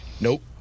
Nope